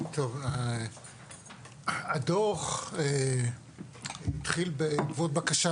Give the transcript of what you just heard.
הדוח התחיל בעקבות בקשה